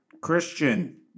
christian